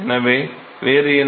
எனவேவேறு என்ன